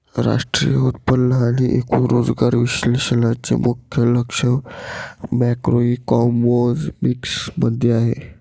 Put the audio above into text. राष्ट्रीय उत्पन्न आणि एकूण रोजगार विश्लेषणाचे मुख्य लक्ष मॅक्रोइकॉनॉमिक्स मध्ये आहे